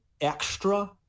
extra